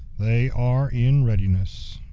they are in readiness.